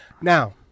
Now